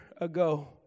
ago